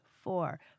Four